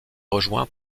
rejoint